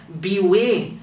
beware